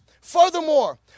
Furthermore